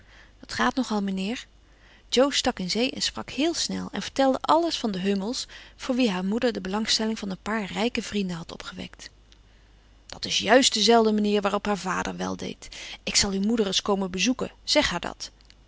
dat gaat nogal mijnheer jo stak in zee en sprak heel snel en vertelde alles van de hummels voor wie haar moeder de belangstelling van een paar rijke vrienden had opgewekt dat is juist dezelfde manier waarop haar vader weldeed ik zal uw moeder eens komen bezoeken zeg haar dat